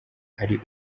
ari